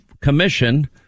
commission